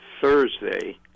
Thursday